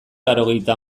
laurogeita